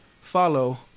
follow